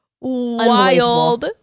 wild